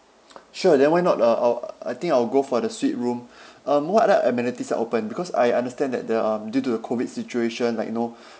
sure then why not uh I'll I think I'll go for the suite room um what other amenities are open because I understand that there are due to the COVID situation like you know